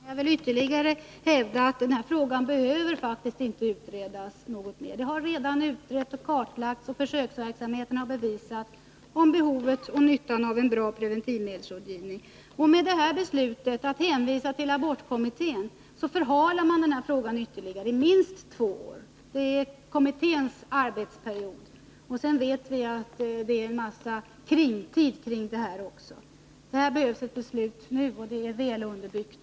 Herr talman! Jag vill ytterligare hävda att den här frågan faktiskt inte behöver utredas mer. Den har redan utretts och kartlagts, och försöksverksamheten har bevisat behovet och nyttan av en bra preventivmedelsrådgivning. Genom att hänvisa till abortkommittén förhalar man den här frågan ytterligare i minst två år — det är kommitténs arbetsperiod. Sedan vet vi att det blir en massa ”kringtid” också. Det behövs ett beslut nu, och det är väl underbyggt.